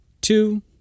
two